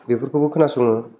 बेफोरखौबो खोनासङो